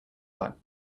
black